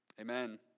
Amen